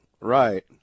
right